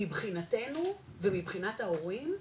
מבחינתנו ומבחינת ההורים,